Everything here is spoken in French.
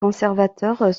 conservateurs